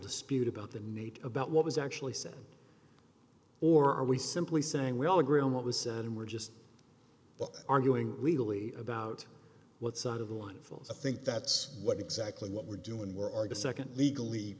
dispute about the nature about what was actually said or are we simply saying we all agree on what was said and we're just arguing legally about what side of the one falls i think that's what exactly what we're doing where are the second legally